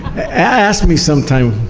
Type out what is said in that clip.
ask me sometime,